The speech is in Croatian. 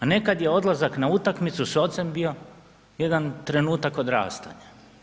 A nekad je odlazak na utakmicu s ocem bio jedan trenutak odrastanja.